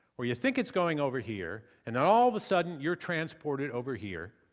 where you think it's going over here and then all of a sudden you're transported over here.